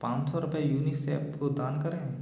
पाँच सौ रुपये यूनिसेफ़ को दान करें